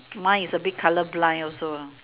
mine is a bit color blind also lah